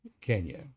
Kenya